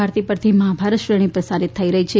ભારતી ઉપરથી મહાભારત શ્રેણી પ્રસારિત થઈ રહી છે